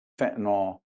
fentanyl